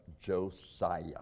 Josiah